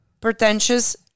pretentious